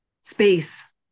space